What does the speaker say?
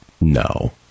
No